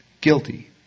Guilty